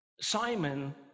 Simon